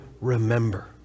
remember